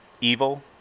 evil